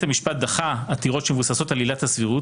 המשפט דחה עתירות שמבוססות על עילת הסבירות,